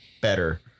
better